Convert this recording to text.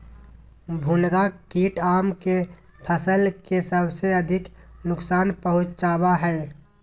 भुनगा कीट आम के फसल के सबसे अधिक नुकसान पहुंचावा हइ